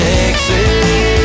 Texas